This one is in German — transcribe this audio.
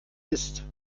isst